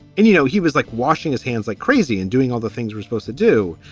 and, you know, he was like washing his hands like crazy and doing all the things we're supposed to do.